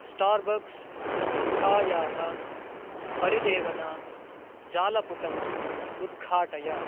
Starbucks संस्थायाः परिदेवना जालपुटम् उद्घाटय